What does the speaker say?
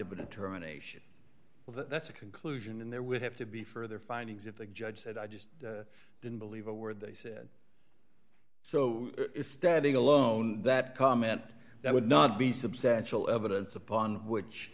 of a determination well that's a conclusion and there would have to be further findings if the judge said i just didn't believe a word they said so is standing alone that comment that would not be substantial evidence